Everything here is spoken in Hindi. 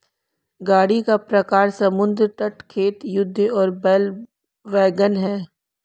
गाड़ी का प्रकार समुद्र तट, खेत, युद्ध और बैल वैगन है